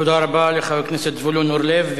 תודה רבה לחבר הכנסת זבולון אורלב,